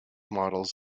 models